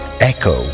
Echo